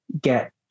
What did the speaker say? get